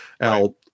Al